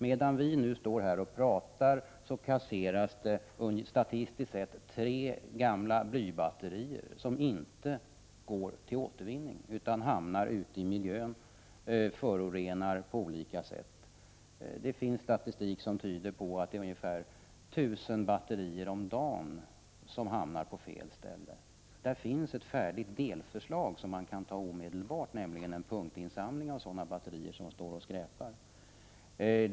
Medan vi nu står här och pratar kasseras statistiskt sett tre gamla blybatterier, som inte går till återvinning utan hamnar ute i miljön och förorenar på olika sätt. Det finns statistik som tyder på att ungefär 1 000 batterier om dagen hamnar på fel ställe. Det finns ett färdigt delförslag som man kan ta itu med omedelbart, nämligen ett förslag om punktinsamling av sådana batterier som ligger och skräpar.